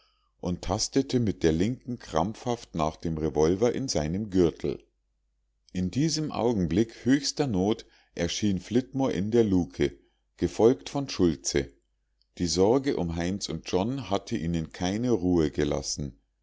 und tastete mir der linken krampfhaft nach dem revolver in seinem gürtel in diesem augenblick höchster not erschien flitmore in der lucke gefolgt von schultze die sorge um heinz und john hatte ihnen keine ruhe gelassen